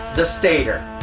the stator.